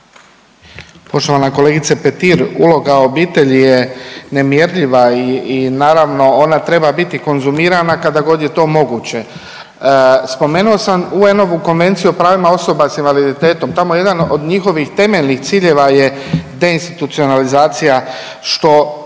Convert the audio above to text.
Poštovana kolegice Petir, uloga obitelji je nemjerljiva i naravno ona treba biti konzumirana kada god je to moguće. Spomenuo sam UN-ovu Konvenciju o pravima osoba s invaliditetom, tamo jedan od njihovih temeljnih ciljeva je deinstitucionalizacija, što